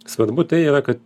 svarbu tai yra ka